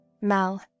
Mal